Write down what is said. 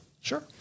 Sure